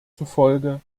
zufolge